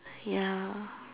ya